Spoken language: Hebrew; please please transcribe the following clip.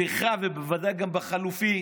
בך ובוודאי גם בחליפי,